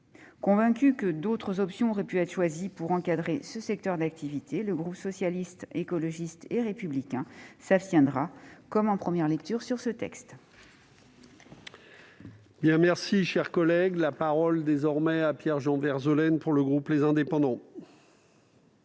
Convaincu que d'autres options auraient pu être choisies pour encadrer ce secteur d'activité, le groupe Socialiste, Écologiste et Républicain s'abstiendra, comme en première lecture, sur ce texte.